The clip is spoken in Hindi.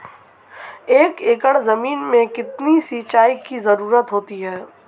एक एकड़ ज़मीन में कितनी सिंचाई की ज़रुरत होती है?